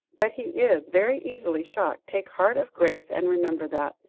but he is very easily shocked take heart of grace and remember that.